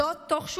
כשהוא